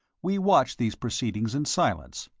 we watched these proceedings in silence,